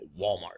Walmart